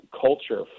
culture